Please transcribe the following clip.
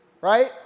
Right